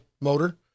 motor